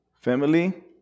Family